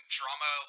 drama